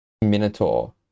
Minotaur